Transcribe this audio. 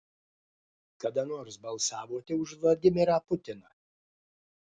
kada nors balsavote už vladimirą putiną